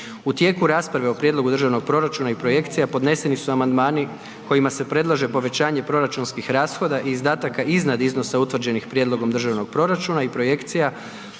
U tijeku rasprave o Prijedlogu državnog proračuna i projekcija podneseni su amandmani kojima se predlaže povećanje proračunskih rashoda i izdataka iznad iznosa utvrđenih Prijedlogom državnog proračuna i projekcija,